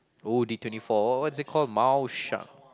oh D twenty four what what's it called Mao-Shan